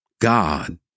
God